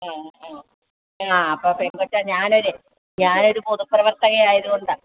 ആ ആ ആ അപ്പോൾ പെൺകൊച്ച് ഞാനൊരു ഞാനൊരു പൊതുപ്രവർത്തക ആയതുകൊണ്ടാണ്